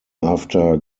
after